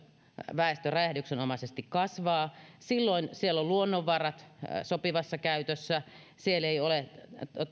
väestö räjähdyksenomaisesti kasvaa silloin siellä ovat luonnonvarat sopivassa käytössä siellä ei ole